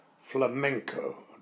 flamenco